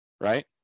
right